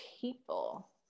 people